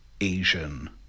Asian